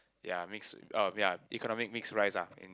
ya mix oh ya economic mixed rice ah in